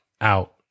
out